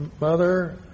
mother